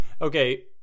okay